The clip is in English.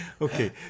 Okay